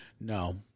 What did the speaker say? No